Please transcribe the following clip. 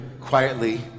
quietly